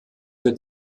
der